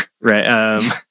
right